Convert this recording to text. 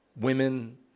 women